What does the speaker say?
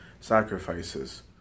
sacrifices